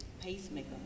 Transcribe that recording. pacemaker